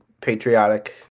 patriotic